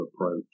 approach